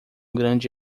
grande